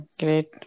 great